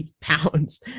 pounds